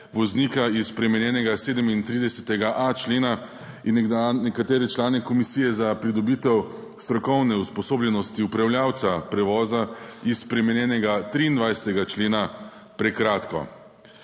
voznika iz spremenjenega 37.a člena in nekatere člane komisije za pridobitev strokovne usposobljenosti upravljavca prevoza iz spremenjenega 23. člena prekratko.